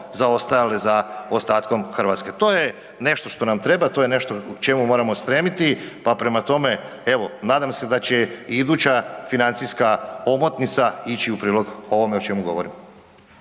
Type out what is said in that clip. zaostajale za ostatkom Hrvatske. To je nešto što nam treba, to je nešto čemu moramo stremiti, pa prema tome, evo, nadam se da će i iduća financijska omotnica ići u prilog ovome o čemu govorim.